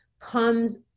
comes